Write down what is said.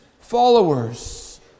followers